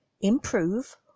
improve